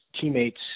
teammates